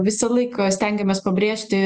visą laiką stengiamės pabrėžti